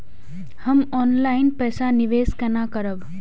हम ऑनलाइन पैसा निवेश केना करब?